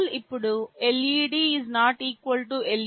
toggle ఇప్పుడే led